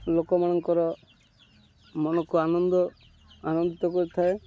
ଲୋକମାନଙ୍କର ମନକୁ ଆନନ୍ଦ ଆନନ୍ଦିତ କରିଥାଏ